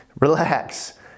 relax